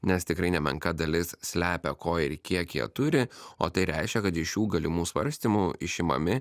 nes tikrai nemenka dalis slepia ko ir kiek jie turi o tai reiškia kad iš šių galimų svarstymų išimami